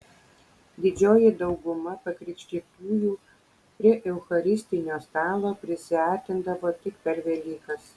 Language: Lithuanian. didžioji dauguma pakrikštytųjų prie eucharistinio stalo prisiartindavo tik per velykas